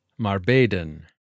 Marbaden